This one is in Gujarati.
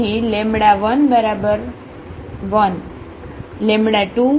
તેથી1121